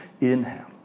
inhale